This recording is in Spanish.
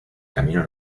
camino